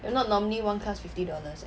if not normally one class fifty dollars eh